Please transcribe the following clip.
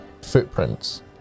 footprints